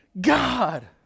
God